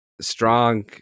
Strong